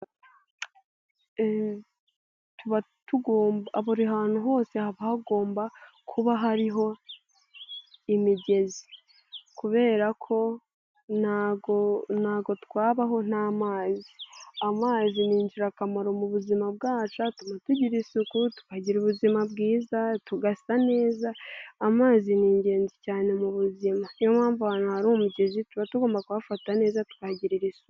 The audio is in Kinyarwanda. Buri hantu hose haba hagomba kuba hariho imigezi, kubera ko ntabwo twabaho nta amazi. Amazi ni ingirakamaro mu buzima bwacu, atuma tugira isuku tukagira ubuzima bwiza, tugasa neza, amazi ni ingenzi cyane mu buzima, niyo mpamvu ahantu hari umugezi tuba tugomba kuhafata neza tukahagirira isuku.